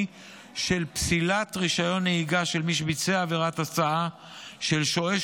של פסילת רישיון נהיגה של מי שביצע עבירת הסעה של שוהה